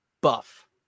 buff